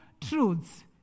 truths